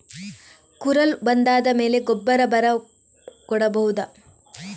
ಕುರಲ್ ಬಂದಾದ ಮೇಲೆ ಗೊಬ್ಬರ ಬರ ಕೊಡಬಹುದ?